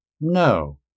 No